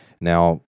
Now